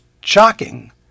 shocking